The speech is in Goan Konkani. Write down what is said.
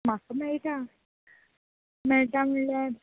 म्हाका मेळटा मेळटा म्हणल्यार